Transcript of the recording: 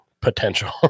potential